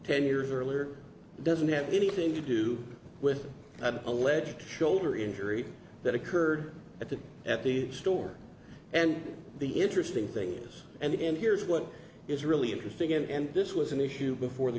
ten years earlier doesn't have anything to do with an alleged shoulder injury that occurred at the at the store and the interesting thing is and in here's what is really interesting and this was an issue before the